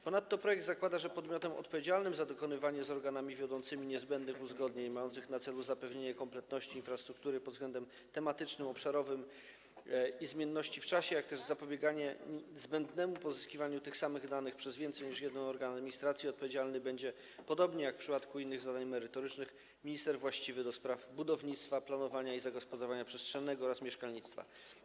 Ponadto projekt zakłada, że podmiotem odpowiedzialnym za dokonywanie z organami wiodącymi niezbędnych uzgodnień mających na celu zapewnienie kompletności infrastruktury pod względem tematycznym, obszarowym i zmienności w czasie, jak też zapobieganie zbędnemu pozyskiwaniu tych samych danych przez więcej niż jeden organ administracji, odpowiedzialny będzie, podobnie jak w przypadku innych zadań merytorycznych, minister właściwy do spraw budownictwa, planowania i zagospodarowania przestrzennego oraz mieszkalnictwa.